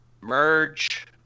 merge